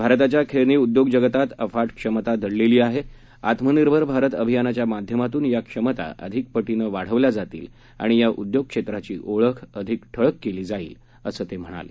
भारताच्या खेळणी उद्योग जगतात अफाट क्षमता दडलेली आहे आत्मनिर्भर भारत अभियानाच्या माध्यमातून या क्षमता अधिक पटीनं वाढवल्या जातील आणि या उद्योगक्षेत्राची ओळख अधिक ठळक केली जाईल असं त्यांनी सांगितलं